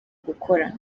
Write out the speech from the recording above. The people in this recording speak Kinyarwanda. gukorana